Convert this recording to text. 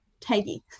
Taggy